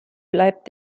bleibt